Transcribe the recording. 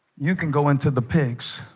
you can go into the pigs